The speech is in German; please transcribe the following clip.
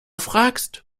fragst